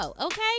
okay